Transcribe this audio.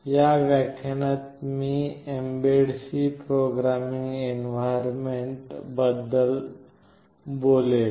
या व्याख्यानात मी mbed C प्रोग्रामिंग एन्व्हायरमेंट बद्दल बोलेल